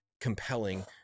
compelling